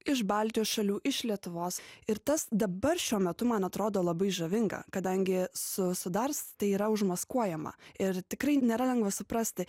iš baltijos šalių iš lietuvos ir tas dabar šiuo metu man atrodo labai žavinga kadangi su su dars tai yra užmaskuojama ir tikrai nėra lengva suprasti